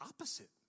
opposite